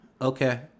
Okay